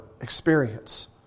experience